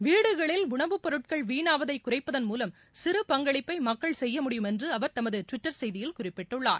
வீடுகளில் உணவுப் பொருட்கள் வீணாவதை குறைப்பதன் மூலம் சிறு பங்களிப்பை மக்கள் செய்ய முடியும் என்று அவர் தமது டுவிட்டர் செய்தியில் குறிப்பிட்டுள்ளார்